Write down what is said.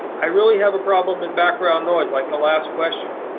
i really have a problem in background noise like the last question.